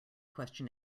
question